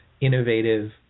innovative